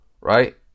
Right